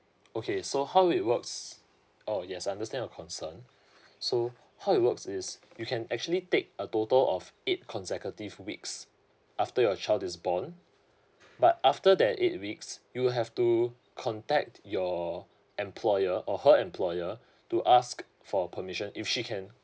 okay so how it works orh yes I understand your concern so how it works is you can actually take a total of eight consecutive weeks after your child is born but after that eight weeks you'll have to contact your employer or her employer to ask for permission if she can